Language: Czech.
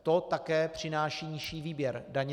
To také přináší nižší výběr DPH.